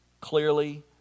clearly